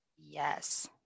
Yes